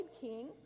king